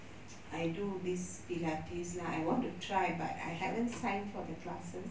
I do this pilates lah I want to try but I haven't signed for the classes